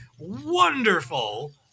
Wonderful